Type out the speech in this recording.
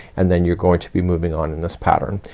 and then you're going to be moving on in this pattern.